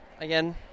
again